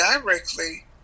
directly